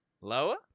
Lower